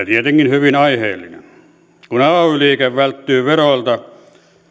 tietenkin hyvin aiheellinen kun ay liike välttyy veroilta